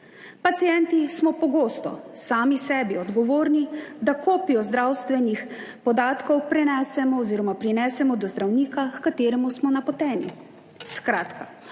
Pacienti smo pogosto sami sebi odgovorni, da kopijo zdravstvenih podatkov prenesemo oziroma prinesemo do zdravnika, h kateremu smo napoteni. Skratka,